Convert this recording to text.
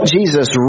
Jesus